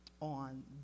on